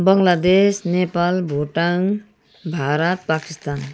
Bangladesh Nepal Bhutan Bharat Pakistan